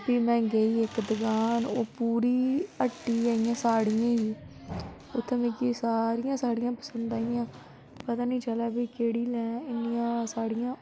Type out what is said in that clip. फ्ही में गेई इक दकान ओह् पूरी हट्टी गै इ'यां साड़ियें ही उत्थै मिकी सारियां साड़ियां पंसद आइयां पता नी चलै कि केह्ड़ी लैं इन्नियां साड़ियां